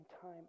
time